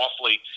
awfully